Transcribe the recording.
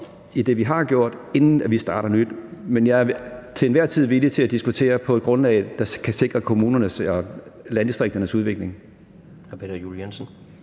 i det, vi har gjort, inden vi starter nyt. Men jeg er til enhver tid villig til at diskutere på et grundlag, der kan sikre kommunernes og landdistrikternes udvikling.